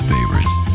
Favorites